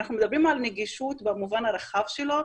אנחנו מדברים על נגישות במובן הרחב שלה,